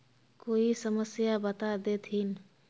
कोई समस्या बता देतहिन?